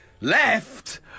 Left